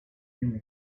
nearly